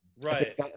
Right